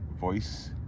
voice